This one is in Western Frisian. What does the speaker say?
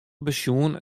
besjoen